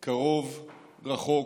קרוב, רחוק,